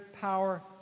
power